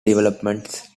developments